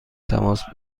تماس